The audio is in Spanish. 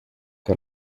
que